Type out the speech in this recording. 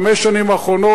בחמש השנים האחרונות,